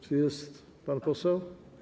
Czy jest pan poseł?